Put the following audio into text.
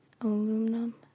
aluminum